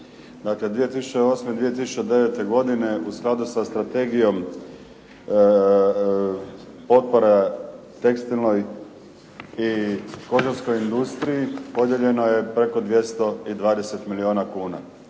2008. 2009. godine u skladu sa strategijom potpora tekstilnom i kožarskoj industriji podijeljeno je preko 220 milijuna kuna,